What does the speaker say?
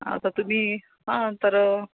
हा तर तुम्ही हा तर